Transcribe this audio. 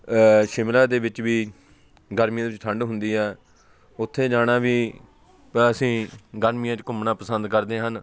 ਸ਼ਿਮਲਾ ਦੇ ਵਿੱਚ ਵੀ ਗਰਮੀਆਂ ਦੇ ਵਿੱਚ ਠੰਡ ਹੁੰਦੀ ਹੈ ਉੱਥੇ ਜਾਣਾ ਵੀ ਅਸੀਂ ਗਰਮੀਆਂ 'ਚ ਘੁੰਮਣਾ ਪਸੰਦ ਕਰਦੇ ਹਨ